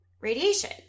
radiation